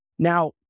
Now